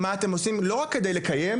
מה אתם עושים לא רק כדי לקיים,